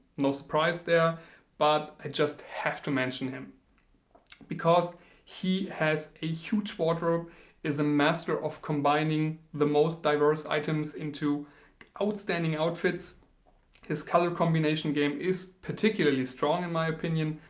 no surprise there but i just have to mention him because he has a huge wardrobe is a master of combining the most diverse items into outstanding outfits his color combination game is particularly strong in my opinion.